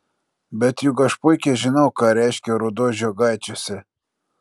bet juk aš puikiai žinau ką reiškia ruduo žiogaičiuose